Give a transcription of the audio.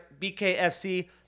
BKFC